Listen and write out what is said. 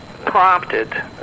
prompted